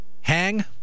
hang